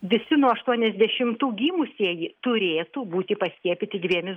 visi nuo aštuoniasdešimtų gimusieji turėtų būti paskiepyti dviemis